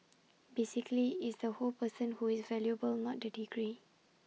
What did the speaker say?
basically it's the whole person who is valuable not the degree